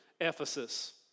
Ephesus